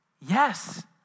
yes